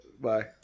Bye